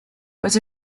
was